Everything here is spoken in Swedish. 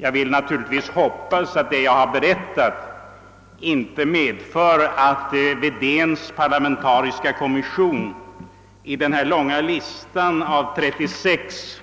Jag vill naturligtvis inte, med det jag berättat, medverka till att herr Wedéns parlamentariska kommission på den långa listan på 36